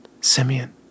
Simeon